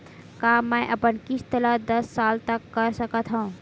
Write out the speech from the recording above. का मैं अपन किस्त ला दस साल तक कर सकत हव?